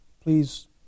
please